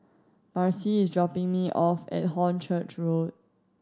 Marci is dropping me off at Hornchurch Road